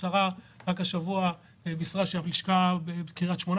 השבוע בישרה השרה שהלשכה בקרית שמונה